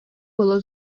було